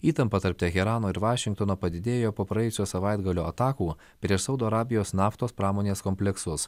įtampa tarp teherano ir vašingtono padidėjo po praėjusio savaitgalio atakų prieš saudo arabijos naftos pramonės kompleksus